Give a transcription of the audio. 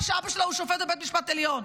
שאבא שלה הוא שופט בבית המשפט העליון.